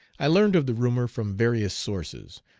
i learned of the rumor from various sources,